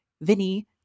vinny